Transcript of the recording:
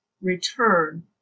return